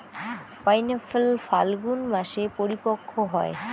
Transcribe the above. pineapple ফাল্গুন মাসে পরিপক্ব হয়